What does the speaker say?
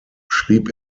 schrieb